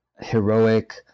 heroic